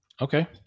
Okay